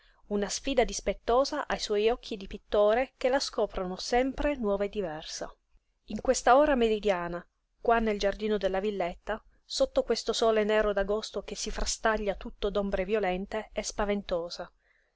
una sfida dispettosa ai suoi occhi di pittore che la scoprono sempre nuova e diversa in questa ora meridiana qua nel giardino della villetta sotto questo sole nero d'agosto che si frastaglia tutto d'ombre violente è spaventosa